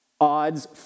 odds